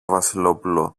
βασιλόπουλο